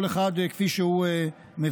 כל אחד כפי שהוא מבין,